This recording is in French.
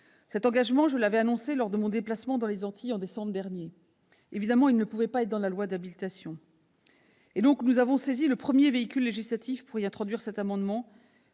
Cet engagement, que j'avais annoncé lors de mon déplacement dans les Antilles en décembre dernier, ne pouvait évidemment pas figurer dans la loi d'habilitation. Nous avons alors saisi le premier véhicule législatif pour y introduire cet amendement.